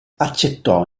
accettò